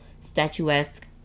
statuesque